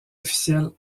officielle